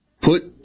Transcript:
put